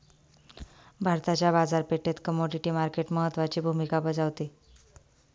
भारताच्या बाजारपेठेत commodity market महत्त्वाची भूमिका बजावते